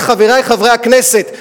חברי חברי הכנסת,